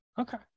Okay